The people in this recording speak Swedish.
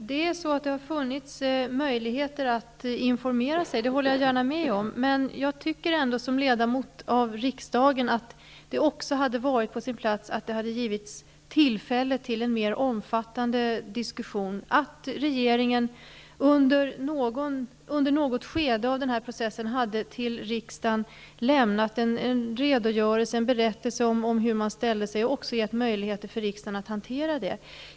Herr talman! Jo, det har funnits möjligheter att informera sig -- det håller jag gärna med om -- men jag tycker ändå som ledamot av riksdagen att det också hade varit på sin plats att det givits tillfälle till en mer omfattande diskussion, att regeringen under något skede av den här processen hade lämnat en redogörelse till riksdagen, en berättelse om hur man ställde sig, och gett riksdagen möjligheter att hantera det.